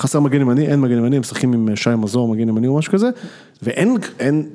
חסר מגן ימני, אין מגן ימני, הם שחקים עם שי מזור, מגן ימני או משהו כזה ואין אין...